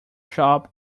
shop